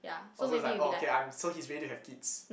although it's like orh okay I'm so he's ready to have kids